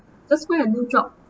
that's why I no job